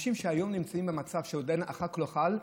אנשים שהיום נמצאים במצב שהחוק לא חל,